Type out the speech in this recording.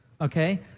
okay